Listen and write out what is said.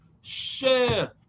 share